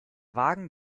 wagen